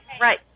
right